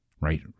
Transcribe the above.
right